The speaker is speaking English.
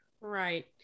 right